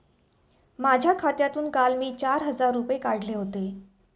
माझ्या खात्यातून काल मी चार हजार रुपये काढले होते